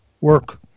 work